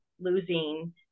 losing